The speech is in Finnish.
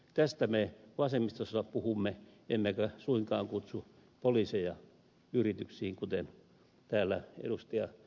tästä me vasemmistossa puhumme emmekä suinkaan kutsu poliiseja yrityksiin kuten täällä ed